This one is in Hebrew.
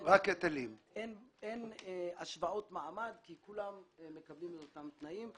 אין השוואות מעמד, כי כולם מקבלים את אותם תנאים.